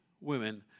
women